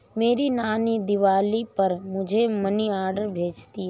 मेरी नानी दिवाली पर मुझे मनी ऑर्डर भेजती है